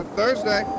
Thursday